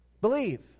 Believe